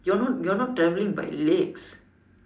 you're not you're not travelling by legs